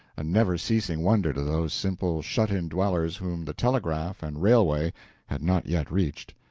a never-ceasing wonder to those simple shut-in dwellers whom the telegraph and railway had not yet reached.